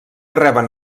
reben